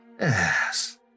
Yes